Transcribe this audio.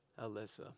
Alyssa